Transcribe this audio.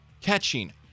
Catching